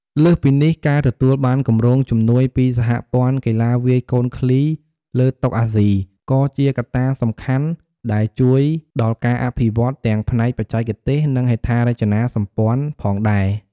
លើសពីនេះ ការទទួលបានគម្រោងជំនួយពីសហព័ន្ធកីឡាវាយកូនឃ្លីលើតុអាស៊ី ក៏ជាកត្តាសំខាន់ដែលជួយដល់ការអភិវឌ្ឍន៍ទាំងផ្នែកបច្ចេកទេស និងហេដ្ឋារចនាសម្ព័ន្ធផងដែរ។